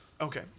Okay